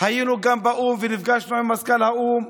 היינו גם באו"ם ונפגשנו עם מזכ"ל האו"ם.